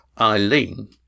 Eileen